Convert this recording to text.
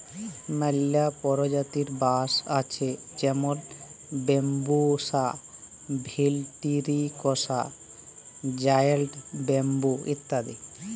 ম্যালা পরজাতির বাঁশ আছে যেমল ব্যাম্বুসা ভেলটিরিকসা, জায়েল্ট ব্যাম্বু ইত্যাদি